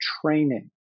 training